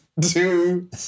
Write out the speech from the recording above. two